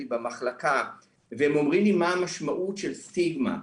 במחלקה והם אומרים לי מה המשמעות של סטיגמה,